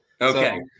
Okay